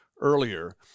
earlier